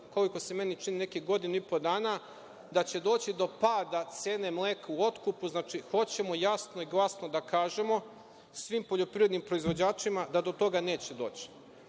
koliko se meni čini, nekih godinu i po dana, da će doći do pada cene mleka u otkupu. Znači, hoćemo jasno i glasno da kažemo svim poljoprivrednim proizvođačima da do toga neće doći. Ono